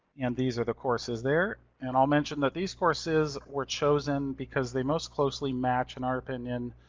and these are the courses there. and i'll mention that these courses were chosen because they most closely match, in our opinion,